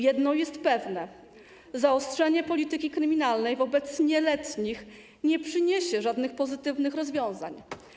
Jedno jest pewne: zaostrzenie polityki kryminalnej wobec nieletnich nie przyniesie żadnych pozytywnych rozwiązań.